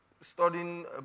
studying